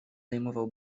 zajmował